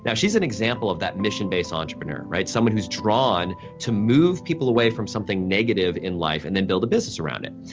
yeah she's an example of that mission-based entrepreneur, right, someone who's drawn to move people away from something negative in life and then build a business around it.